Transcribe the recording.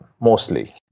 mostly